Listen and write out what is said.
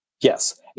Yes